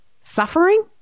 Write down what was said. suffering